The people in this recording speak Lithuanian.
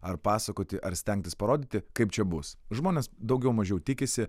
ar pasakoti ar stengtis parodyti kaip čia bus žmonės daugiau mažiau tikisi